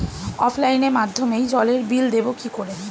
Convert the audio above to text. অফলাইনে মাধ্যমেই জলের বিল দেবো কি করে?